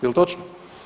Je li točno?